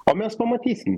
o mes pamatysim